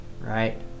Right